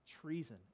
treason